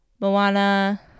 Moana